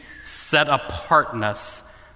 set-apartness